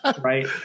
right